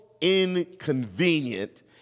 inconvenient